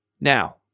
Now